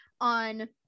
on